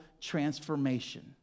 transformation